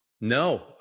No